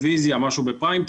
המושבים.